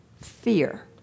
fear